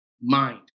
mind